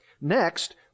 next